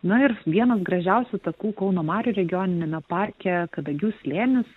na ir vienas gražiausių takų kauno marių regioniniame parke kadagių slėnis